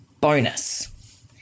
bonus